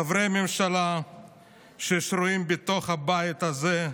חברי ממשלה ששרויים בתוך הבית הזה,